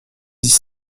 dix